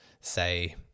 say